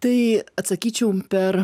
tai atsakyčiau per